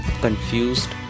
confused